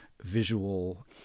visual